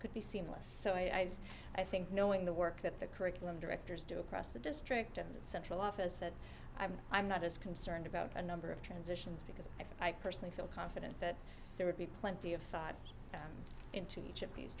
could be seamless so i i think knowing the work that the curriculum directors do across the district in the central office said i'm not as concerned about a number of transitions because i personally feel confident that there would be plenty of thought into each